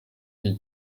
cyo